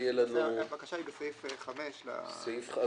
הבקשה היא בסעיף 5 למכתב.